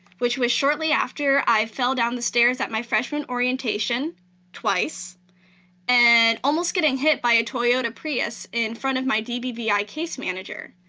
which was shortly after i fell down the stairs at my freshman orientation twice and almost getting hit by a toyota prius in front of my dbvi case manager,